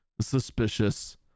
suspicious